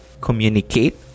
communicate